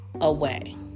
away